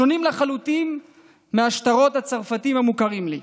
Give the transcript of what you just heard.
שונים לחלוטין מהשטרות הצרפתיים המוכרים לי.